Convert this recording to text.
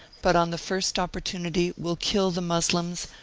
but on the first oppor tunity will kill the moslems,